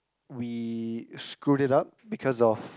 we screwed it up because of